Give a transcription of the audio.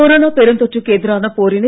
corona பெருந்தொற்றுக்கு எதிரான போரினை